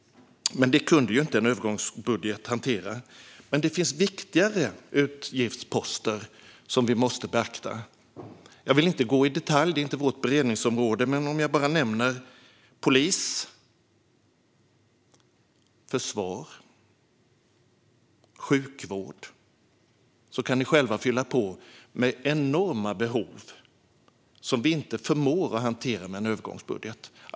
Detta kunde ju inte en övergångsbudget hantera. Men det finns viktigare utgiftsposter som vi måste beakta. Jag vill inte gå in i detalj eftersom det inte tillhör vårt beredningsområde, men jag kan bara nämna polis, försvar och sjukvård. Ni kan själva fylla på. Det rör sig om enorma behov som vi inte förmår att hantera med en övergångsbudget.